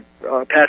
Patrick